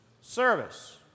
Service